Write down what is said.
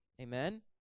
amen